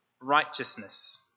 righteousness